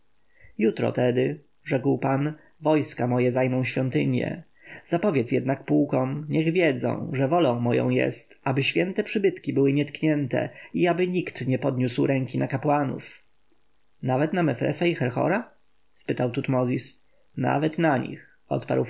jutro tedy rzekł pan wojska moje zajmą świątynie zapowiedz jednak pułkownikom niech wiedzą że wolą moją jest aby święte przybytki były nietknięte i aby nikt nie podniósł ręki na kapłanów nawet na mefresa i herhora spytał tutmozis nawet na nich odparł